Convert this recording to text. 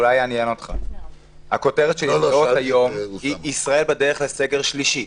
ידיעות היום היא ישראל בדרך לסגר שלישי.